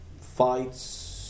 fights